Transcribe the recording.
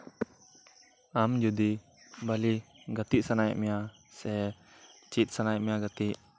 ᱟᱢ ᱡᱩᱫᱤ ᱵᱷᱟᱹᱞᱤ ᱜᱟᱛᱤᱜ ᱥᱟᱱᱟᱭᱮᱫ ᱢᱮᱭᱟ ᱥᱮ ᱪᱮᱫ ᱥᱟᱱᱟᱭᱮᱫ ᱢᱮᱭᱟ ᱜᱟᱛᱤᱜ